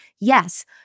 Yes